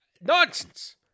Nonsense